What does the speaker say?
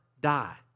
die